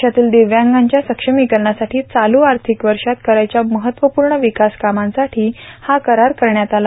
देशातील दिव्यांगांच्या सक्षमीकरणासाठी चालू आर्थिक वर्षात करायच्या महत्वपूर्ण विकास कामांसाठी हा करार करण्यात आला